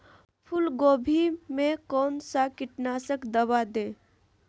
फूलगोभी में कौन सा कीटनाशक दवा दे?